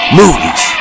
movies